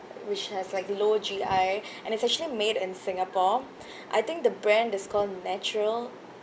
which has like low G_I and it's actually made in singapore I think the brand is called Natural